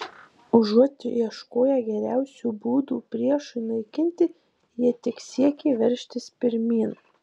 užuot ieškoję geriausių būdų priešui naikinti jie tik siekė veržtis pirmyn